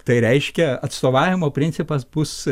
tai reiškia atstovavimo principas bus